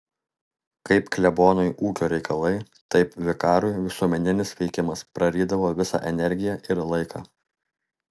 kaip klebonui ūkio reikalai taip vikarui visuomeninis veikimas prarydavo visą energiją ir laiką